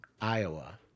Iowa